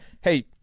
hey